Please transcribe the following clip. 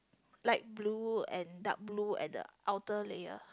light blue and dark blue at the outer layer